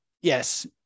yes